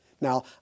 Now